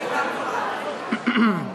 אגב,